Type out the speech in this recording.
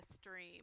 stream